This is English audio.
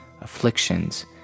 afflictions